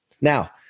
Now